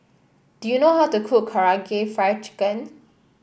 do you know how to cook Karaage Fried Chicken